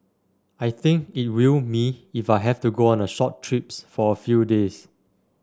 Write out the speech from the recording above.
I think it will me if I have to go on short trips for a few days